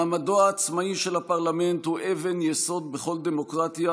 מעמדו העצמאי של הפרלמנט הוא אבן יסוד בכל דמוקרטיה,